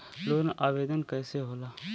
Loan आवेदन कैसे होला?